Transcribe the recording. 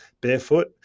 barefoot